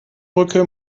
brücke